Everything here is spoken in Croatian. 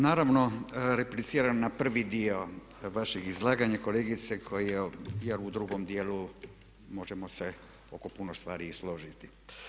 Naravno, repliciram na prvi dio vašeg izlaganja kolegice jer u drugom djelu možemo se oko puno stvari i složiti.